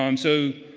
um so,